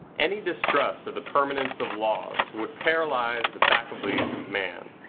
any distrust of the permanence of laws, would paralyze the faculties of man.